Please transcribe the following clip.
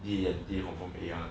第一眼一定 confirm A one ah